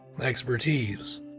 expertise